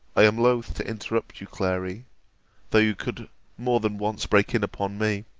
i am loth to interrupt you, clary though you could more than once break in upon me.